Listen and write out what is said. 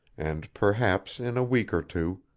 and perhaps in a week or two,